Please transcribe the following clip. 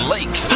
Lake